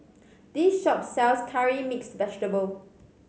this shop sells Curry Mixed Vegetable